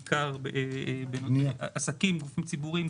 גופים ציבוריים,